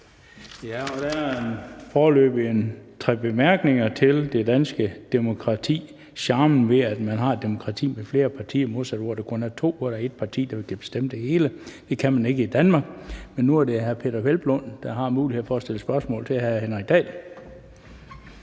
tre, der har ønsket bemærkninger i forhold til det danske demokrati. Charmen ved det er jo, at vi har flere partier, i modsætning til andre steder, hvor man kun har to, og hvor der er ét parti, der vil bestemme det hele. Det kan man ikke i Danmark. Man nu er det hr. Peder Hvelplund, der har mulighed for at stille spørgsmål til hr. Henrik Dahl.